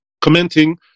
commenting